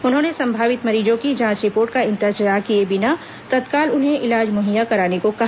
उन्होंने संभावित मरीजों की जांच रिपोर्ट का इंतजार किए बिना तत्काल उन्हें इलाज मुहैया कराने को कहा